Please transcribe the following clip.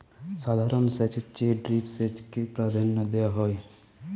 সাধারণ সেচের চেয়ে ড্রিপ সেচকে প্রাধান্য দেওয়া হয়